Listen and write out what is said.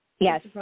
Yes